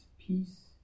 peace